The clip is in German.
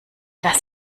das